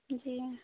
जी